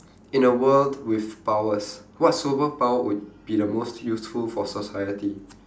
in a world with powers what superpower would be the most useful for society